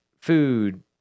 food